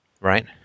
Right